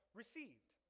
received